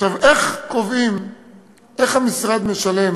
איך המשרד משלם